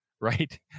right